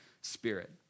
Spirit